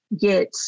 get